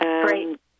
Great